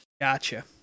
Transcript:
Gotcha